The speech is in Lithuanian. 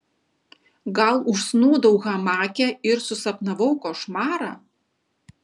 gal užsnūdau hamake ir susapnavau košmarą